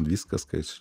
viskas ką jūs